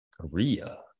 Korea